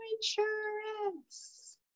insurance